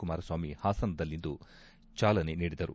ಕುಮಾರ ಸ್ವಾಮಿ ಹಾಸನದಲ್ಲಿಂದು ಚಾಲನೆ ನೀಡಿದರು